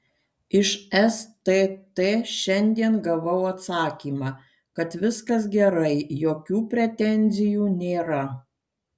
iš stt šiandien gavau atsakymą kad viskas gerai jokių pretenzijų nėra